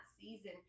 season